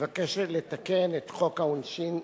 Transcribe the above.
מבקשת לתקן את חוק העונשין,